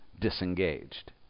disengaged